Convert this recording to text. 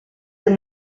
del